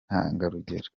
intangarugero